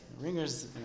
Ringer's